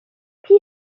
qui